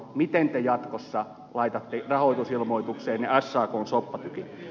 miten te jatkossa laitatte rahoitusilmoitukseenne sakn soppatykin